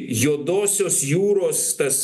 juodosios jūros tas